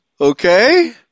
Okay